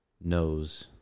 knows